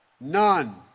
none